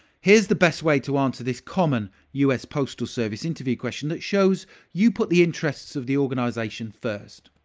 here's the best way to answer this common us postal service interview question that shows you put the interests of the organization first.